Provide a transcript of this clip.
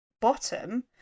bottom